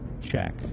check